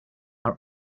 are